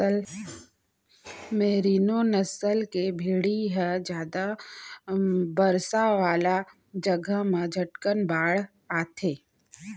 मेरिनों नसल के भेड़ी ह जादा बरसा वाला जघा म झटकन बाढ़थे